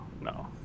No